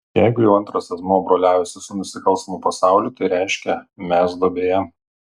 jeigu jau antras asmuo broliaujasi su nusikalstamu pasauliu tai reiškia mes duobėje